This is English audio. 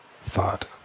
thought